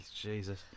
Jesus